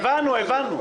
הבנו.